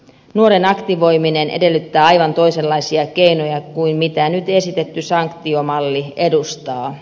nuoren aktivoiminen edellyttää aivan toisenlaisia keinoja kuin mitä nyt esitetty sanktiomalli edustaa